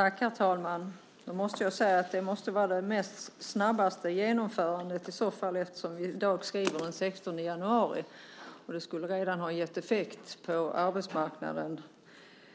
Herr talman! Då måste jag säga att det i så fall är det snabbaste genomförandet någonsin, eftersom vi i dag skriver den 16 januari och